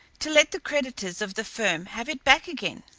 to let the creditors of the firm have it back again.